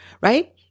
right